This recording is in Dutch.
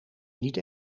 niet